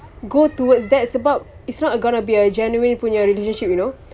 go towards that sebab it's not gonna be a genuine punya relationship you know